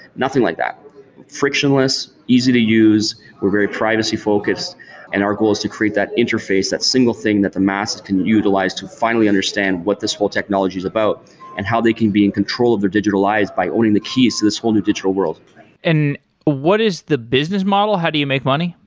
nothing like that frictionless, easy to use, we've very privacy-focused and our goal is to create that interface, that single thing that the masses can utilize to finally understand what this whole technology is about and how they can be in control if they're digitalized by owning the keys to this whole new digital world and what is the business model? how do you make money?